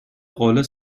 rolle